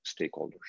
stakeholders